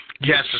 Yes